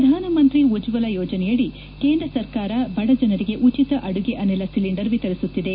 ಪ್ರಧಾನಮಂತ್ರಿ ಉಜ್ವಲ ಯೋಜನೆಯದಿ ಕೇಂದ್ರ ಸರ್ಕಾರ ಬಡಜನರಿಗೆ ಉಚಿತ ಅದುಗೆ ಅನಿಲ ಸಿಲಿಂಡರ್ ವಿತರಿಸುತ್ತಿದೆ